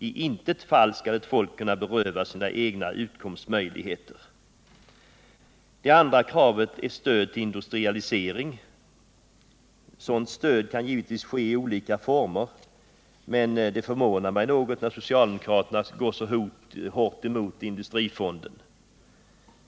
I intet fall skall ett folk kunna berövas sina egna utkomstmöjligheter.” Det andra kravet är stöd till industrialisering. Sådant stöd kan givetvis ges i olika former, men det är förvånande att socialdemokraterna så hårt går emot industrifonden.